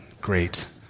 great